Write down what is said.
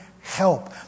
help